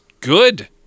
good